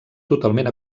totalment